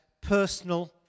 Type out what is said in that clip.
personal